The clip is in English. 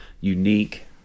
unique